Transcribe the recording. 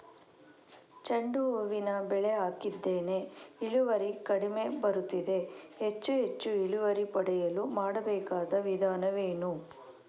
ಚೆಂಡು ಹೂವಿನ ಬೆಳೆ ಹಾಕಿದ್ದೇನೆ, ಇಳುವರಿ ಕಡಿಮೆ ಬರುತ್ತಿದೆ, ಹೆಚ್ಚು ಹೆಚ್ಚು ಇಳುವರಿ ಪಡೆಯಲು ಮಾಡಬೇಕಾದ ವಿಧಾನವೇನು?